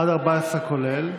עד 14, כולל.